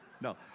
No